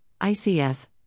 ICS